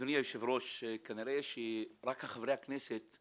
אדוני היושב-ראש, כנראה שחברי הכנסת הם